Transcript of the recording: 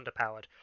underpowered